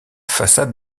façade